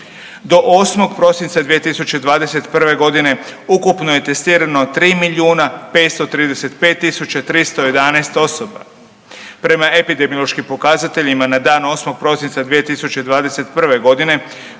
Do 8. prosinca 2021. godine ukupno je testirano 3 milijuna 535 tisuća 311 osoba. Prema epidemiološkim pokazateljima na dan 8. prosinca 2021. godine